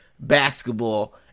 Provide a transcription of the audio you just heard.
Basketball